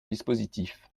dispositif